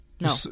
no